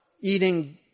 eating